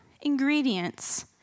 ingredients